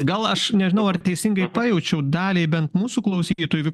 gal aš nežinau ar teisingai pajaučiau daliai bent mūsų klausytojų